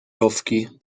rowki